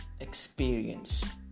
experience